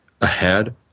ahead